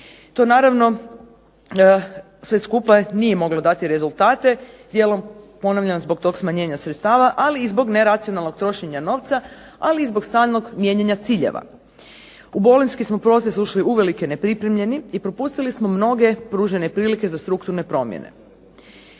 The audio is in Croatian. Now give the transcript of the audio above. To naravno sve skupa nije moglo dati rezultate, dijelom ponavljam zbog tog smanjenja sredstava, ali i zbog neracionalnog trošenja novca, ali i zbog stalnog mijenjanja ciljeva. U bolonjski smo proces ušli uvelike nepripremljeni, i propustili smo mnoge pružene prilike za strukturne promjene.